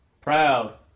proud